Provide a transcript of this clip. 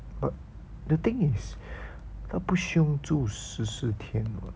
but the thing is 他不需要住十四天 [what]